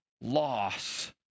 loss